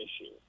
issue